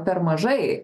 per mažai